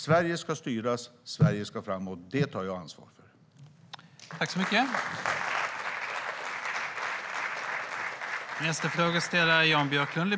Sverige ska styras, och Sverige ska framåt - det tar jag ansvar för!